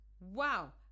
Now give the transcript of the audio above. Wow